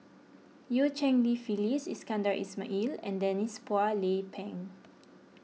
Eu Cheng Li Phyllis Iskandar Ismail and Denise Phua Lay Peng